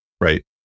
right